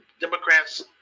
Democrats